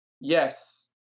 Yes